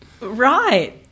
Right